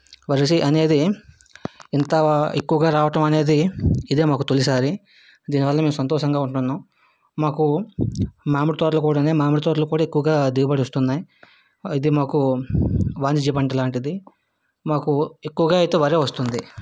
వరి చేను అనేది ఇంత ఎక్కువగా రావటం అనేది ఇదే మాకు తొలిసారి దీనివల్ల మేము సంతోషంగా ఉంటున్నాము మాకు మామిడి తోటలు కూడా ఉన్నాయి మామిడి తోటలో కూడా ఎక్కువగా దిగబడిస్తున్నాయి అయితే మాకు వాణిజ్య పంట లాంటిది మాకు ఎక్కువగా అయితే వరి వస్తుంది